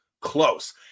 close